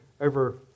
over